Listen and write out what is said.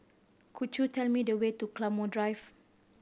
could you tell me the way to Claymore Drive